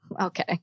Okay